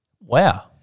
Wow